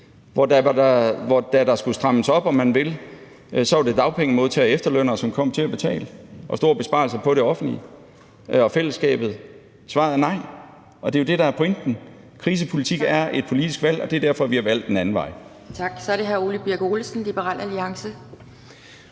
det, da der skulle strammes op, om man vil, så var det dagpengemodtagere og efterlønnere, som kom til at betale sammen med store besparelser hos det offentlige og fællesskabet? Svaret er nej. Og det er jo det, der er pointen: Krisepolitik er et politisk valg, og det er derfor, vi har valgt en anden vej. Kl. 16:45 Anden næstformand (Pia